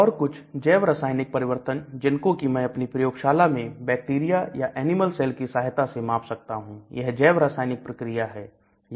और कुछ जैव रासायनिक परिवर्तन जिनको कि मैं अपनी प्रयोगशाला में बैक्टीरिया या एनिमल सेल की सहायता से माप सकता हूं यह जैव रासायनिक प्रक्रिया है